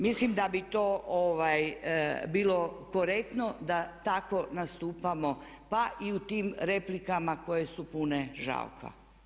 Mislim da bi to bilo korektno da tako nastupamo pa i u tim replikama koje su pune … [[Govornica se ne razumije.]] Hvala.